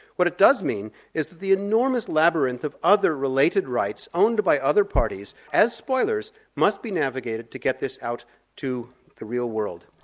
what it does mean is that the enormous labyrinth of other related rights owned by other parties as spoilers must be navigated to get this out to the real world.